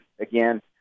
Again